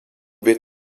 wird